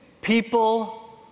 People